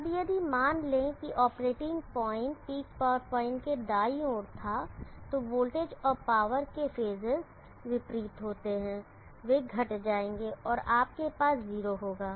अब यदि मान लें कि operating point peak power point के दाईं ओर था तो वोल्टेज और पावर के फेजस विपरीत होते हैं वे घट जाएंगे और आपके पास जीरो होगा